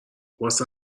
واسه